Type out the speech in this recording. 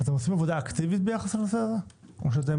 אתם עושים עבודה אקטיבית בנושא הזה או צופים